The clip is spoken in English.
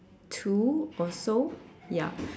two or so ya